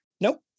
Nope